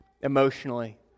emotionally